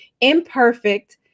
imperfect